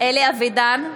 אלי אבידר,